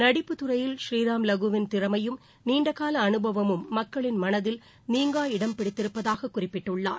நடிப்புத் துறையில் ஸ்ரீராம் லகூ வின் திறமையும் நீண்டகால அனுபவமும் மக்களின் மனதில் நீங்கா இடம்பிடித்திருப்பதாகக் குறிப்பிட்டுள்ளார்